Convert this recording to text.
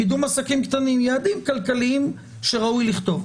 יעדים כלכליים שראוי לכתוב.